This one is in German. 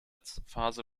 phase